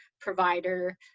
provider